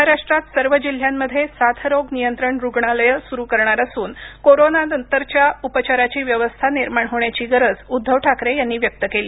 महाराष्ट्रात सर्व जिल्ह्यांमध्ये साथरोग नियंत्रण रुग्णालयं सुरू करणार असून कोरोनानंतरच्या उपचाराची व्यवस्था निर्माण होण्याची गरज उद्धव ठाकरे यांनी व्यक्त केली